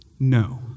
No